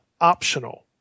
optional